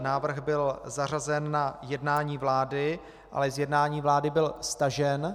Návrh byl zařazen na jednání vlády, ale z jednání vlády byl stažen.